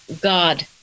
God